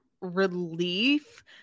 relief